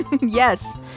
Yes